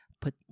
put